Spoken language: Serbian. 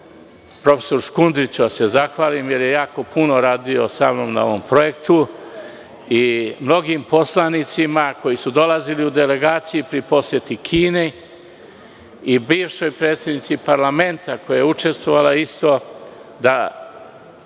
prof. Škundriću da se zahvalim jer je jako puno radio samnom na ovom projektu i mnogim poslanicima koji su dolazili u delegaciju pri poseti Kine i bivšoj predsednici parlamenta koja je isto učestvovala u tome da